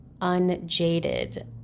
unjaded